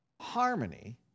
harmony